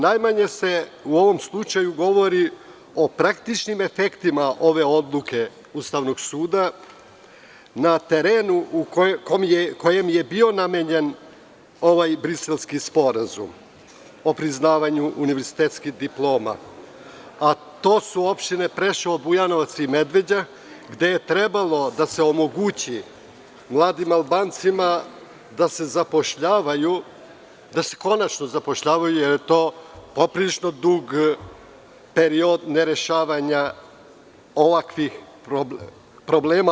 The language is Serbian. Najmanje se u ovom slučaju govori o praktičnim efektima ove odluke Ustavnog suda na terenu, kojim je bio namenjen ovaj briselski sporazum o priznavanju univerzitetskih diploma, a to su opštine Preševo, Bujanovac i Medveđa gde je trebalo da se omogući mladim Albancima da se konačno zaposle, jer je to poprilično dug period ne rešavanja ovakvih problema.